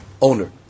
owner